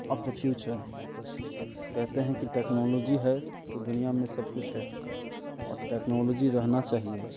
of the future कहते हैं कि टेक्नॉलोजी है तो दुनिया में सब कुछ है और टेक्नॉलोजी रहना चाहिए